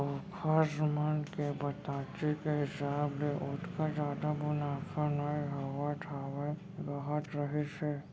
ओखर मन के बताती के हिसाब ले ओतका जादा मुनाफा नइ होवत हावय कहत रहिस हे